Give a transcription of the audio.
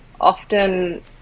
often